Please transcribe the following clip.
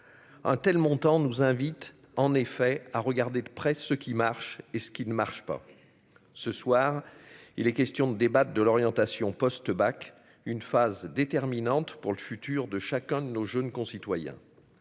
un tel montant nous invite en effet à regarder de près ce qui marche et ce qui ne marche pas, ce soir, il est question de débattre de l'orientation post-bac, une phase déterminante pour le futur de chacun de nos jeunes concitoyens